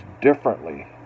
differently